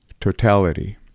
totality